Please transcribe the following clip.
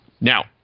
Now